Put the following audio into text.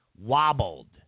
wobbled